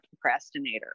procrastinator